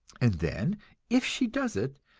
and then if she does it,